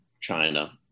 China